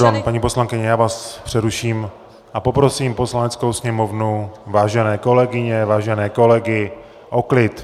Pardon, paní poslankyně, já vás přeruším a poprosím Poslaneckou sněmovnu, vážené kolegyně, vážené kolegy o klid!